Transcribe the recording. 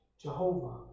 Jehovah